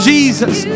Jesus